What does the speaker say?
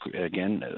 again